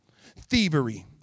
thievery